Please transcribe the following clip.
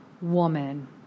woman